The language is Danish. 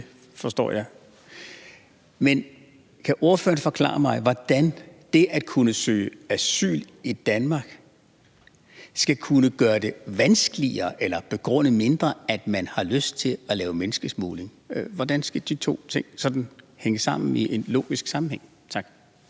Men kan ordføreren forklare mig, hvordan det at kunne søge asyl i Danmark skal gøre det vanskeligere eller gøre, at man i mindre grad har lyst til at lave menneskesmugling? Hvordan skal de to ting sådan hænge sammen i en logisk sammenhæng? Tak.